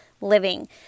living